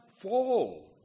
fall